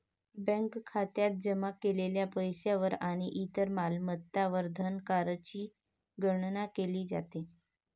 bank खात्यात जमा केलेल्या पैशावर आणि इतर मालमत्तांवर धनकरची गणना केली जाते